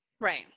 Right